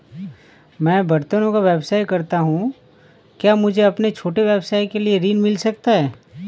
मैं बर्तनों का व्यवसाय करता हूँ क्या मुझे अपने छोटे व्यवसाय के लिए ऋण मिल सकता है?